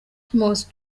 patmos